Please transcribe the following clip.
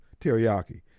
teriyaki